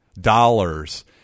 dollars